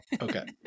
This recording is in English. Okay